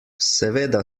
seveda